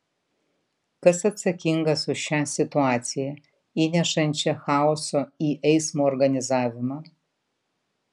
kas atsakingas už šią situaciją įnešančią chaoso į eismo organizavimą